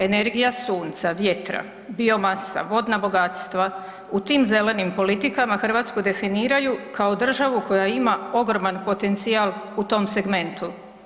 Energija sunca, vjetra, biomasa, vodna bogatstva u tim zelenim politikama Hrvatsku definiraju kao državu koja ima ogroman potencijal u tom segmentu.